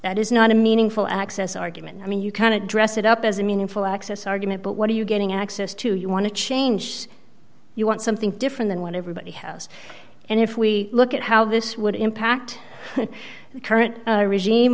that is not a meaningful access argument i mean you can address it up as a meaningful access argument but what are you getting access to you want to change you want something different than what everybody has and if we look at how this would impact the current regime